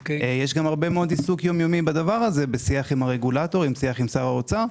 יש גם הרבה עיסוק יום-יומי בזה בשיח עם הרגולטור ועם שר האוצר,